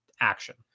action